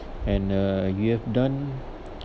and uh you have done